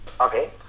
Okay